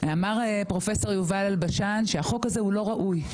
אמר פרופסור יובל אלבשן שהחוק הזה הוא לא ראוי.